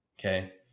Okay